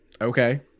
okay